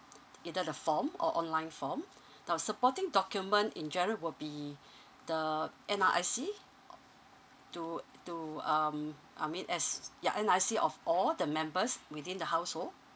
either the form or online form now supporting document in giro will be the N_R_I_C o~ to to um I mean as yeah N_R_I_C of all the members within the household